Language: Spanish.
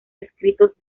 escritos